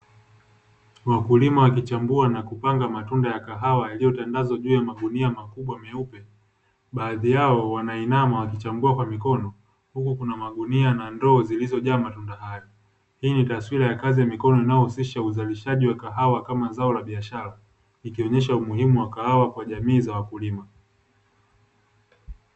Wakulima wakichambua na kupanga matunda ya kahawa, yaliyotangazwa juu ya magunia makubwa meupe, baadhi yao wanainama wakichambua kwa mikono, huku kuna magunia na ndoo zilizojaa matunda, hali hii ni taswira ya kazi ya mikono inayohusisha uzalishaji wa kahawa kama zao la biashara, ikionyesha umuhimu wakahawa kwa jamii za wakulima.